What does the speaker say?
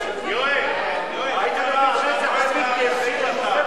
יואל, היית מביא איזה חבית נפט.